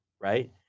right